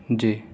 جی